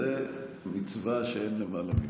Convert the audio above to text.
זו מצווה שאין למעלה ממנה,